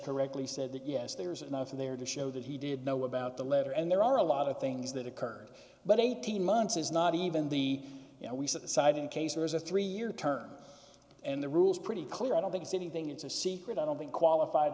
correctly said that yes there is enough there to show that he did know about the letter and there are a lot of things that occurred but eighteen months is not even the you know we set aside in case there is a three year term and the rules pretty clear i don't think it's anything it's a secret i don't think qualified